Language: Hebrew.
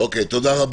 תודה.